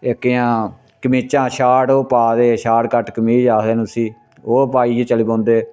एह्कियां कमीचा शाट ओह् पा दे शाटकट कमीज आखदे न उसी ते ओह् पाइयै चली पौंदे